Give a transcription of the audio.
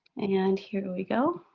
and here we go.